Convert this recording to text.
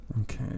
Okay